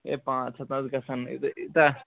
ہے پانٛژھ ہَتھ حظ گژھن یوٗتاہ